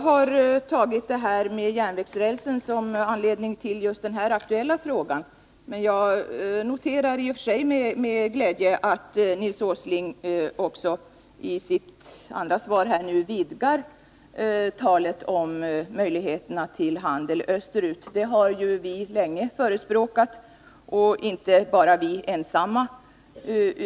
Herr talman! Jag har tagit järnvägsrälsen som utgångspunkt för den nu aktuella frågan, men jag noterar i och för sig med glädje att Nils Åsling i sitt andra svar talade om vidgade möjligheter till handel österut. Det har vi länge förespråkat. Men det är inte bara vi som gjort det.